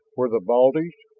were the baldies,